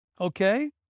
Okay